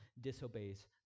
disobeys